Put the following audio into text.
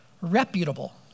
reputable